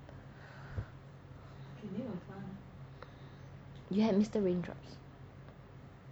you have mister raindrops